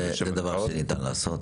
זה דבר שניתן לעשות.